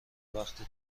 وقتی